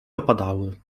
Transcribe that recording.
opadały